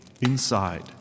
inside